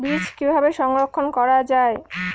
বীজ কিভাবে সংরক্ষণ করা যায়?